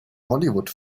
hollywood